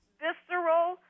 visceral